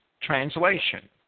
translation